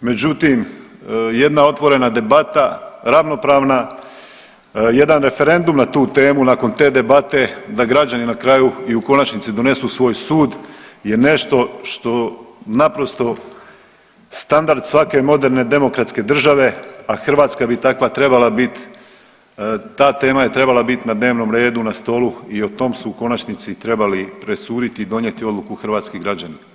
međutim jedna otvorena debata, ravnopravna, jedan referendum na tu temu nakon te debate da građani na kraju i u konačnici donesu svoj sud je nešto što naprosto standard svake moderne demokratske države, a Hrvatska bi takva trebala bit, ta tema je trebala bit na dnevnom redu na stolu i o tom su u konačnici trebali presuditi i donijeti odluku hrvatski građani.